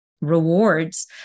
rewards